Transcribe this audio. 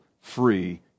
free